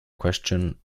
question